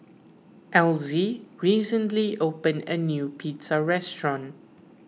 Elzie recently opened a new pizza restaurant